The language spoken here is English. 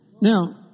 Now